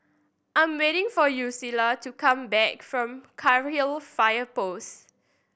I'm waiting for Yulissa to come back from Cairnhill Fire Post